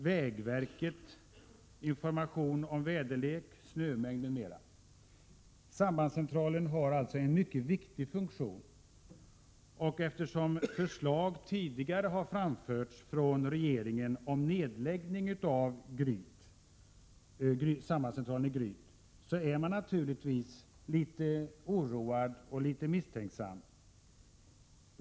Vägverket använder sambandscentralen för information om väderlek, shömängd m.m. Sambandscentralen har alltså en mycket viktig funktion. Eftersom förslag tidigare har framförts från regeringen om nedläggning av sambandscentralen i Gryt, blir man naturligtvis litet oroad och misstänksam.